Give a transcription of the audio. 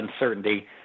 uncertainty